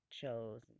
chose